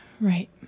Right